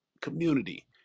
community